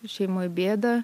šeimoj bėdą